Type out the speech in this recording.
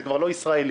זה כבר לא ישראלי.